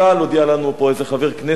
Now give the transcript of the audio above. הודיע לנו פה איזה חבר כנסת,